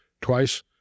twice